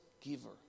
giver